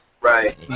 Right